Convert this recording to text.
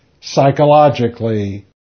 psychologically